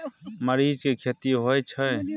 मरीच के खेती होय छय?